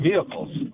vehicles